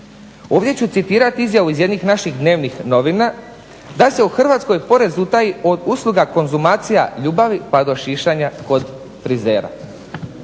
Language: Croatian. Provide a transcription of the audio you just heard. Ovdje ću citirati iz jednih naših dnevnih novina "da se u Hrvatskoj porez utaji od usluga konzumacija ljubavi pa do šišanja kod frizera".